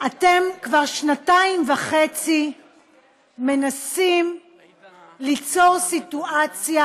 אתם כבר שנתיים וחצי מנסים ליצור סיטואציה